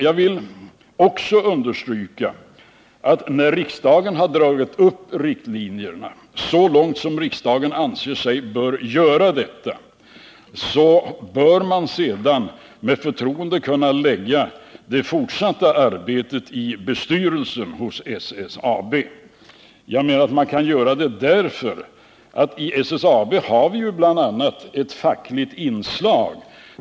Jag vill också understryka, att när riksdagen har dragit upp riktlinjerna så långt som riksdagen anser sig ha anledning att göra, bör man sedan med förtroende kunna lägga det fortsatta arbetet i bestyrelsen hos SSAB. Jag menar att man kan göra det därför att vi ju i SSAB har ett fackligt inslag.